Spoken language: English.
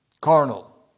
Carnal